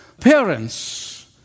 Parents